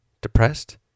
depressed